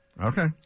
Okay